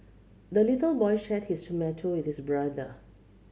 the little boy shared his tomato with his brother